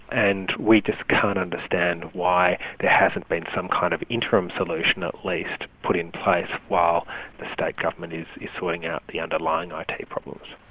and we just can't understand why there hasn't been some kind of interim solution at least put in place while the state government is is sorting out the underlying ah it problems.